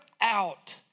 out